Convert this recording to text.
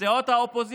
גם סיעות האופוזיציה,